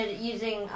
using